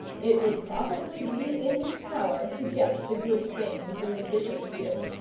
it would probably be in his power to get the good things in the bishop's gift,